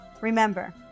Remember